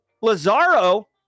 Lazaro